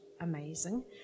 amazing